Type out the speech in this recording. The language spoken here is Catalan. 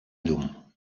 llum